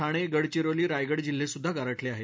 ठाणे गडचिरोली रायगड जिल्हे सुद्धा गारठले आहेत